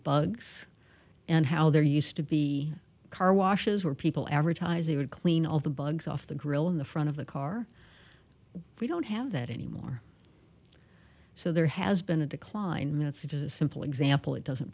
bugs and how they're used to be car washes where people advertise they would clean all the bugs off the grill in the front of the car we don't have that anymore so there has been a decline in minutes it is a simple example it doesn't